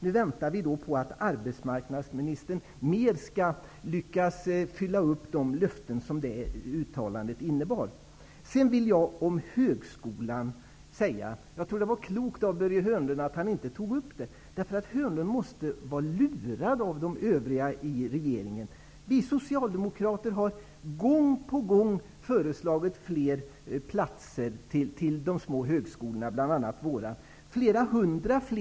Nu väntar vi på att arbetsmarknadsministern bättre skall lyckas uppfylla de löften som uttalandet innebar. Om högskolan vill jag säga att jag tror att det var klokt av Börje Hörnlund att han inte tog upp den frågan. Börje Hörnlund måste vara lurad av de övriga i regeringen. Vi socialdemokrater har gång på gång föreslagit fler platser till de små högskolorna, bl.a. till vår högskola i Trollhättan/Uddevalla.